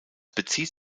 bezieht